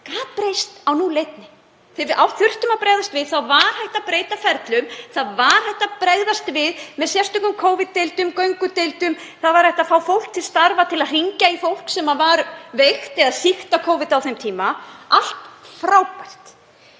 gat breyst á núll einni. Þegar við þurftum að bregðast við var hægt að breyta ferlum. Það var hægt að bregðast við með sérstökum Covid-deildum, göngudeildum. Það var hægt að fá fólk til starfa til að hringja í fólk sem var veikt eða sýkt af Covid á þeim tíma, allt frábært.